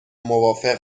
موافق